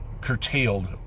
curtailed